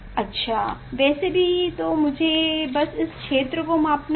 अच्छा वैसे भी तो मुझे बस इस क्षेत्र को मापना है